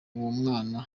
mwana